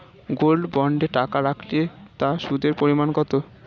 Gold বন্ডে টাকা রাখলে তা সুদের পরিমাণ কত?